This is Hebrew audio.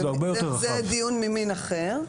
זה דיון ממין אחר.